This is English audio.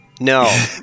No